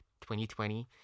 2020